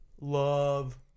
love